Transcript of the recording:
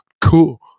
Cool